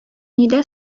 нидә